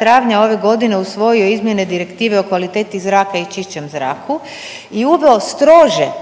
travnja ove godine usvojio izmjene direktive o kvaliteti zraka i čišćem zraku i uveo strože